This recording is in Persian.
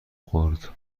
خورد